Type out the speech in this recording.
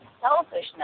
selfishness